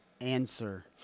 answer